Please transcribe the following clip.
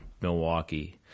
milwaukee